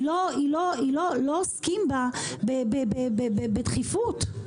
לא עוסקים בה בדחיפות.